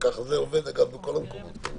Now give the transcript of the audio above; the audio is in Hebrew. וכך זה עובד אגב בכל המקומות.